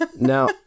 Now